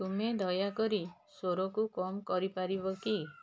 ତୁମେ ଦୟାକରି ସ୍ୱରକୁ କମ୍ କରିପାରିବ କି